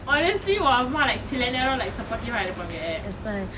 honestly உன் அம்மா:un amma like சில நேரம்:sila neram like supportive ஆ இருப்பாங்க:aa iruppanga